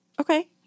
Okay